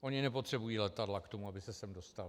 Oni nepotřebují letadla k tomu, aby se sem dostali.